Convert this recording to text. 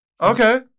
Okay